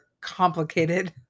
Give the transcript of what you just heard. complicated